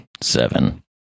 Seven